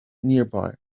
nearby